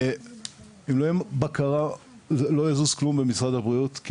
אם לא תהיה בקרה לא יזוז כלום במשרד הבריאות כי